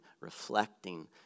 reflecting